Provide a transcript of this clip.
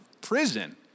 prison